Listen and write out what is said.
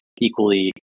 equally